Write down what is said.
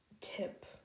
tip